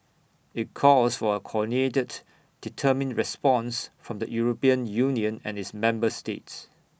IT calls for A coordinated determined response from the european union and its member states